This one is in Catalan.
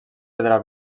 pedra